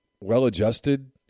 well-adjusted